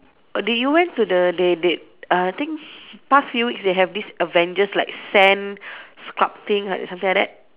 err did you went to the they did uh I think past few weeks they have these Avengers like sand sculpting like something like that